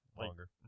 Longer